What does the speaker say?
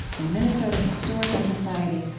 the minnesota historical society,